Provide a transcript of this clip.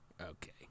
Okay